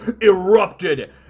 erupted